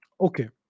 Okay